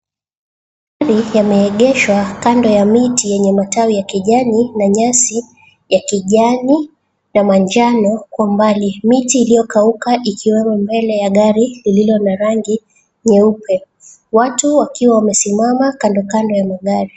Magari yameegeshwa kando ya miti yenye matawi ya kijani na nyasi ya kijani na manjano kwa umbali. Miti iliyokauka ikiwemo mbele ya gari lililo na rangi nyeupe, watu wakiwa wamesimama kandokando ya magari.